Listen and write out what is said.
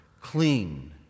clean